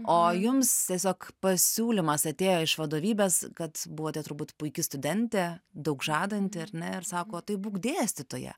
o jums tiesiog pasiūlymas atėjo iš vadovybės kad buvote turbūt puiki studentė daug žadanti ar ne ir sako tu būk dėstytoja